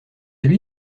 lui